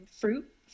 fruit